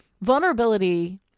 vulnerability